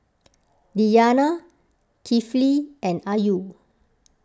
Diyana Kifli and Ayu